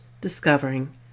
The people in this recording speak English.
discovering